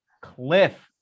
cliff